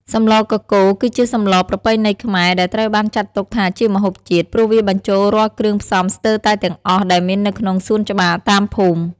សម្លកកូរ គឺជាសម្លប្រពៃណីខ្មែរ ដែលត្រូវបានចាត់ទុកថាជាម្ហូបជាតិ ព្រោះវាបញ្ចូលរាល់គ្រឿងផ្សំស្ទើរតែទាំងអស់ដែលមាននៅក្នុងសួនច្បារតាមភូមិ។